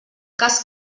cas